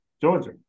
Georgia